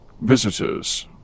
visitors